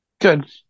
Good